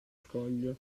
scoglio